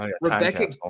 Rebecca